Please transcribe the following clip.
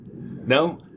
No